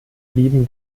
blieben